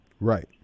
Right